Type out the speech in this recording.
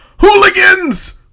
hooligans